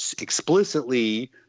explicitly